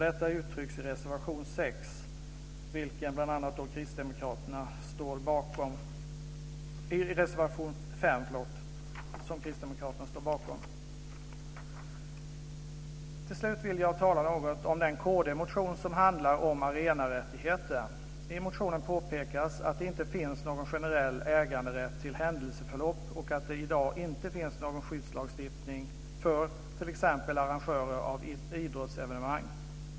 Detta uttrycks i reservation 5 som bl.a. Kristdemokraterna står bakom. Till slut vill jag tala något om den kristdemokratiska motion som handlar om arenarättigheten. I motionen påpekas att det inte finns någon generell äganderätt till händelseförlopp och att det i dag inte finns någon skyddslagstiftning för t.ex. arrangörer av idrottsevenemang.